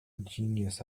genius